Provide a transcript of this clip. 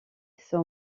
son